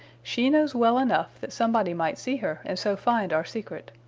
she knows well enough that somebody might see her and so find our secret.